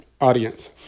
audience